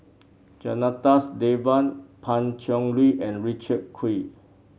Janadas Devan Pan Cheng Lui and Richard Kee